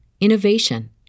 innovation